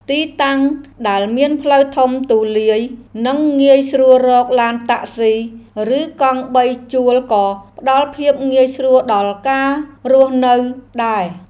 ទីតាំងដែលមានផ្លូវធំទូលាយ និងងាយស្រួលរកឡានតាក់ស៊ី ឬកង់បីជួលក៏ផ្តល់ភាពងាយស្រួលដល់ការរស់នៅដែរ។